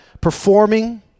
performing